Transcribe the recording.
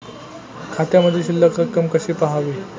खात्यामधील शिल्लक रक्कम कशी पहावी?